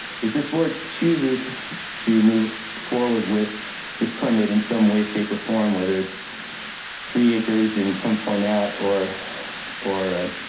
if this board chooses to move forward with this permit in some way, shape or form, whether it's three acres in some format or or